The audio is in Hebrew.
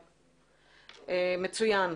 מצוין.